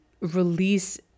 release